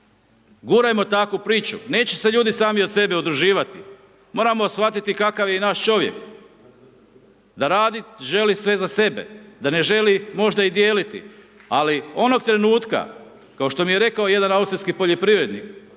Gurajmo takvu priču. Neće se ljudi sami od sebe udruživati, moramo shvatiti kakav je i naš čovjek. Da radit želi sve za sebe, da ne želi možda i dijeliti, ali onog trenutka kao što mi je rekao jedan austrijski poljoprivrednik,